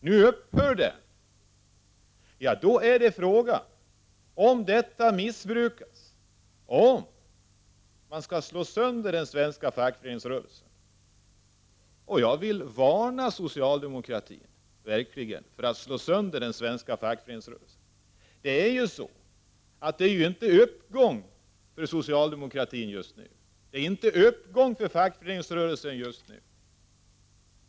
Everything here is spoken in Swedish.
Nu upphör den. Jag vill varna socialdemokratin för att slå sönder den svenska fackföreningsrörelsen. Det är ju inte uppgång för socialdemokratin eller för fackföreningsrörelsen just nu.